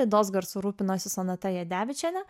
laidos garsu rūpinosi sonata jadevičienė